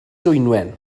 dwynwen